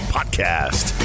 Podcast